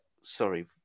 sorry